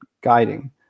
guiding